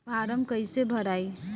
Form कईसे भराई?